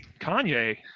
kanye